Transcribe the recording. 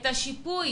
את השיפוי